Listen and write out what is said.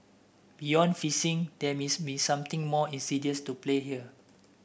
beyond phishing there be something more insidious to play here